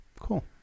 Cool